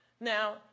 Now